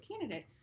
candidate